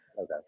Okay